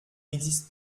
n’existe